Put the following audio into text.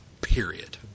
Period